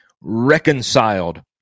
reconciled